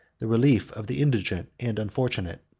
the relief of the indigent and unfortunate.